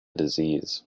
disease